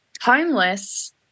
homeless